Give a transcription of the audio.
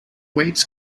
weights